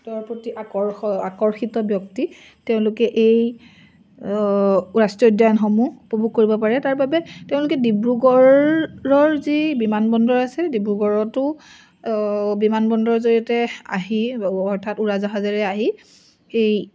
তেওঁৰ প্ৰতি আকৰ্ষিত ব্যক্তি তেওঁলোকে এই ৰাষ্ট্ৰীয় উদ্যানসমূহ উপভোগ কৰিব পাৰে তাৰ বাবে তেওঁলোকে ডিব্ৰুগড়ৰ যি বিমানবন্দৰ আছে ডিব্ৰুগড়তো বিমানবন্দৰৰ জৰিয়তে আহি অৰ্থাৎ উৰাজাহাজেৰে আহি এই